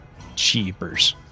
Cheapers